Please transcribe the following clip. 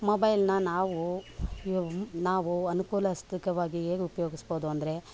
ಮೊಬೈಲ್ನ ನಾವು ಯೊ ನಾವು ಅನುಕೂಲಸ್ತಿಕವಾಗಿ ಹೇಗೆ ಉಪಯೋಗಿಸ್ಬೋದು ಅಂದರೆ